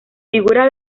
figura